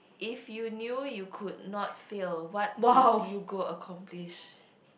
if you knew you could not feel what would you go accomplish